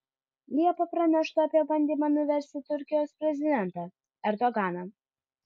liepą pranešta apie bandymą nuversti turkijos prezidentą erdoganą